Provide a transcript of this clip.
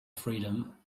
freedom